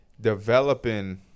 developing